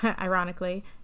ironically